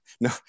no